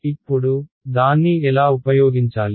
ఇప్పుడు దాన్ని ఎలా ఉపయోగించాలి